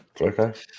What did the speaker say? Okay